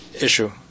issue